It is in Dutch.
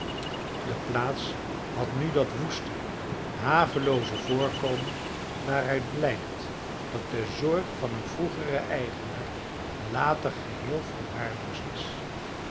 de plaats had nu dat woeste havelooze voorkomen waaruit blijkt dat de zorg van een vroegeren eigenaar later geheel verwaarloosd is